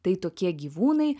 tai tokie gyvūnai